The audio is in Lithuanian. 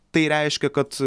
tai reiškia kad